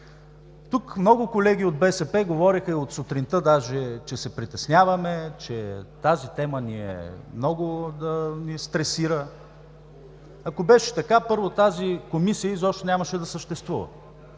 Тук много колеги от БСП говориха от сутринта, че се притесняваме, че тази тема много ни стресира. Ако беше така, първо, тази Комисия изобщо нямаше да съществува.